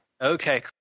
Okay